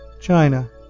China